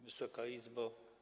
Wysoka Izbo!